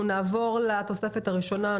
אנחנו נעבור לתוספת הראשונה.